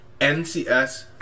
ncs